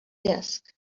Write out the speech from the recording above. desk